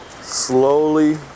slowly